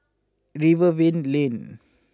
Rivervale Lane